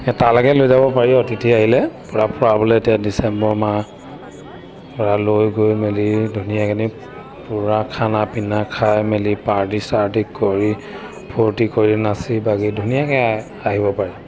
সেই তালৈকে লৈ যাব পাৰি অতিথি আহিলে পূৰা ফুৰাবলৈ এতিয়া ডিচেম্বৰ মাহ পূৰা লৈ গৈ মেলি ধুনীয়াকৈ পূৰা খানা পিনা খাই মেলি পাৰ্টি চাৰ্টি কৰি ফূৰ্তি কৰি নাচি বাগি ধুনীয়াকৈ আহিব পাৰি